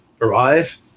arrive